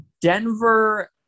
Denver